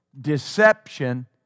Deception